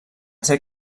ser